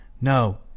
No